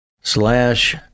slash